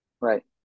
right